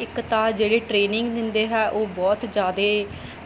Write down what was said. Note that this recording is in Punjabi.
ਇੱਕ ਤਾਂ ਜਿਹੜੇ ਟ੍ਰੇਨਿੰਗ ਦਿੰਦੇ ਹੈ ਉਹ ਬਹੁਤ ਜ਼ਿਆਦਾ